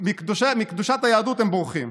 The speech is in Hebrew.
מקדושת היהדות הם בורחים.